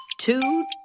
Two